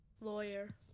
Lawyer